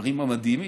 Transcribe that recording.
הדברים המדהימים,